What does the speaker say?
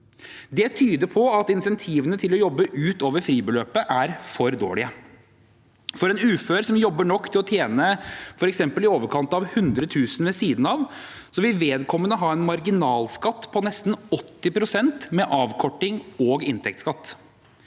Det tyder på at insentivene til å jobbe utover fribeløpet er for dårlige. En ufør som jobber nok til å tjene f.eks. i overkant av 100 000 kr ved siden av, vil ha en marginalskatt på nesten 80 pst. med avkorting og inntektsskatt.